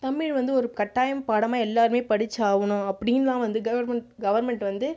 தமிழ் வந்து ஒரு கட்டாயம் பாடமாக எல்லாேருமே படித்து ஆகணும் அப்படின்னெல்லாம் வந்து கவர்ன்மெண்ட் வந்து